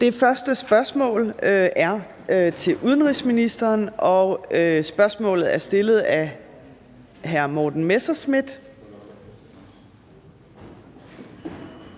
Det første spørgsmål er til udenrigsministeren, og det er stillet af hr. Morten Messerschmidt.